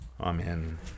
Amen